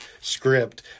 script